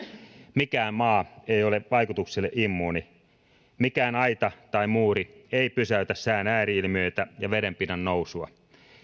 mikään maa ei ole vaikutuksille immuuni mikään aita tai muuri ei pysäytä sään ääri ilmiöitä ja vedenpinnan nousua